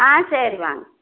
ஆ சரி வாங்க